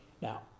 Now